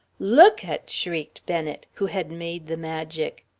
look at! shrieked bennet, who had made the magic.